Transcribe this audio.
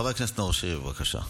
חבר הכנסת נאור שירי, בבקשה.